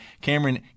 Cameron